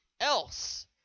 else